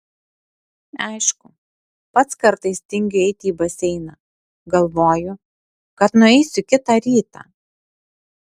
aišku pats kartais tingiu eiti į baseiną galvoju kad nueisiu kitą rytą